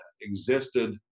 existed